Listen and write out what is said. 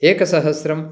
एकसहस्रम्